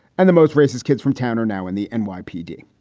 and the most racist kids from town are now in the and nypd.